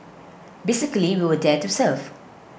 basically we were there to serve